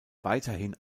weiterhin